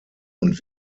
und